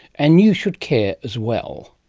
and you should care as well.